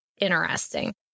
interesting